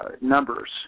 numbers